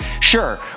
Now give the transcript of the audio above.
Sure